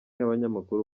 abanyamakuru